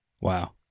Wow